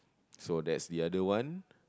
so there's the other one